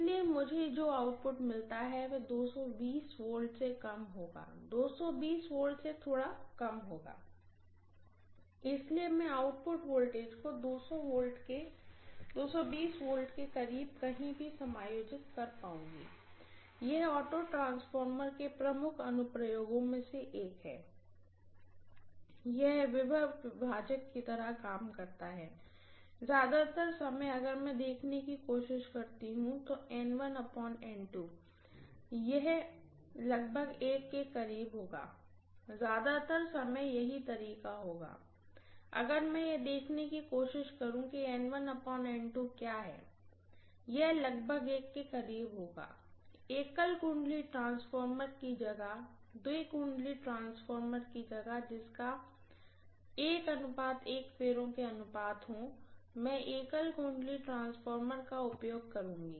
इसलिए मुझे जो आउटपुट मिलता है वह 220 V से कम होगा 220 V से थोड़ा कम होगा इसलिए मैं आउटपुट वोल्टेज को 220 वोल्ट के करीब कहीं भी समायोजित कर पाऊँगी यह ऑटो ट्रांसफार्मर के प्रमुख अनुप्रयोगों में से एक है यह वोल्टेज विभाजक की तरह काम करता है ज्यादातर समय अगर मैं देखने की कोशिश करती हूं तो यह लगभग 1 के करीब होगा ज्यादातर समय यही तरीका होगा अगर मैं यह देखने की कोशिश करूं कि क्या है यह लगभग 1 के करीब होगा सिंगल वाइंडिंग ट्रांसफार्मर की जगह द्वी वाइंडिंग ट्रांसफार्मर की जगह जिसका 11 फेरो के अनुपात हो मैं सिंगल वाइंडिंग ट्रांसफार्मर का उपयोग करुँगी